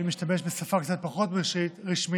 ואם להשתמש בשפה קצת פחות רשמית,